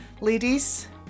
Ladies